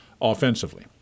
offensively